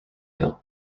hill